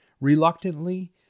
Reluctantly